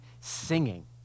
singing